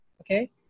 Okay